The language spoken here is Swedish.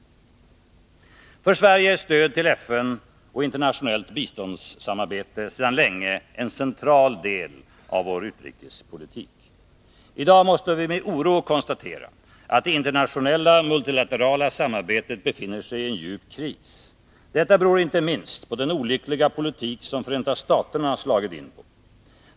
För Sverige är stöd till FN och internationellt biståndssamarbete sedan länge en central del av vår utrikespolitik. I dag måste vi med oro konstatera att det internationella multilaterala samarbetet befinner sig i en djup kris. Detta beror inte minst på den olyckliga politik som Förenta staterna slagit in på.